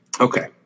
Okay